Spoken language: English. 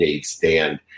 stand